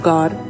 God